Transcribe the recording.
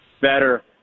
better